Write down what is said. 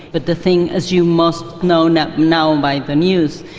but the thing, as you must know now now by the news,